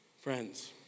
Friends